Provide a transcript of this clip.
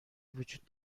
وجود